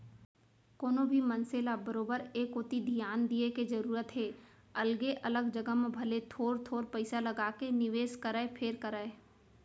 कोनो भी मनसे ल बरोबर ए कोती धियान दिये के जरूरत हे अलगे अलग जघा म भले थोर थोर पइसा लगाके निवेस करय फेर करय